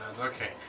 Okay